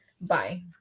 Bye